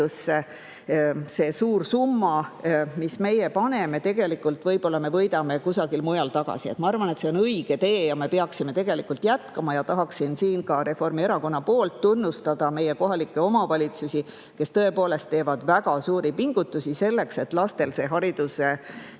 selle suure summa, mis meie paneme, me võib-olla võidame kusagil mujal tagasi. Ma arvan, et see on õige tee ja me peaksime jätkama. Ja tahaksin siin ka Reformierakonna nimel tunnustada meie kohalikke omavalitsusi, kes tõepoolest teevad väga suuri pingutusi selleks, et lastel see haridus‑